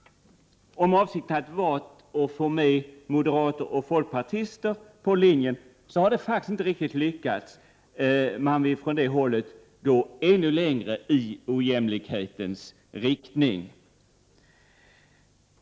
Om avsikten varit att få med moderater och folkpartister på denna linje, så har det faktiskt inte lyckats. De vill gå ännu längre i ojämlikhetens riktning.